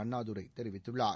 அண்ணாதுரை தெரிவித்துள்ளார்